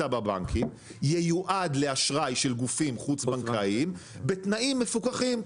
בבנקים ייועד לאשראי של גופים חוץ בנקאיים בתנאים מפוקחים.